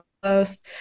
close